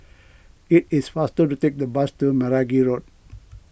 it is faster to take the bus to Meragi Road